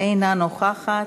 אינה נוכחת,